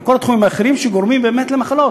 וכל התחומים האחרים שגורמים למחלות.